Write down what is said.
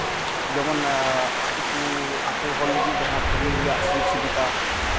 ᱡᱮᱢᱚᱱ ᱟᱹᱛᱩ ᱠᱚ ᱟᱹᱛᱩ ᱦᱚᱲ ᱞᱟᱹᱜᱤᱫ ᱡᱟᱦᱟᱸ ᱠᱟᱹᱢᱤ ᱨᱮᱭᱟᱜ ᱥᱩᱡᱳᱜᱽ ᱥᱩᱵᱤᱫᱷᱟ